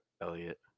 Elliot